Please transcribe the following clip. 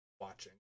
watching